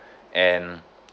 and